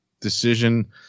decision